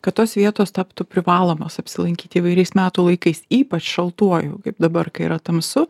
kad tos vietos taptų privalomos apsilankyti įvairiais metų laikais ypač šaltuoju kaip dabar kai yra tamsu